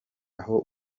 aho